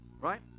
Right